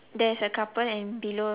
on top of the two bush